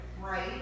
right